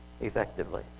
effectively